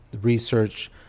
research